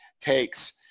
takes